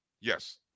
Yes